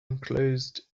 enclosed